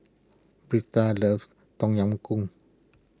Brinda loves Tom Yam Goong